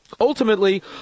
Ultimately